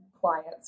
clients